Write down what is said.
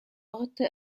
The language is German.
orte